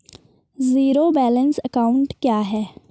Zero balance account क्या है?